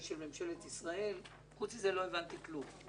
של ממשלת ישראל לא הבנתי כלום.